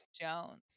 Jones